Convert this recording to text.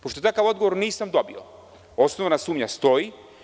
Pošto takav odgovor nisam dobio, osnovna sumnja stoji.